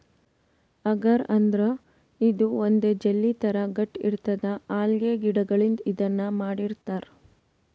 ಅಗರ್ ಅಂದ್ರ ಇದು ಒಂದ್ ಜೆಲ್ಲಿ ಥರಾ ಗಟ್ಟ್ ಇರ್ತದ್ ಅಲ್ಗೆ ಗಿಡಗಳಿಂದ್ ಇದನ್ನ್ ಮಾಡಿರ್ತರ್